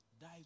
die